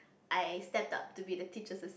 I stepped up to be the teacher's